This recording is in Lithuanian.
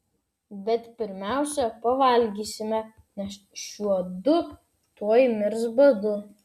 bet pirmiausia pavalgysime nes šiuodu tuoj mirs badu